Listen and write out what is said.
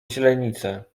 źrenice